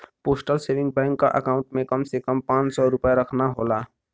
postal saving bank क account में कम से कम पांच सौ रूपया रखना होला